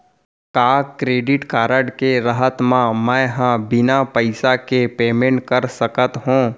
का credit card के रहत म, मैं ह बिना पइसा के पेमेंट कर सकत हो?